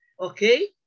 Okay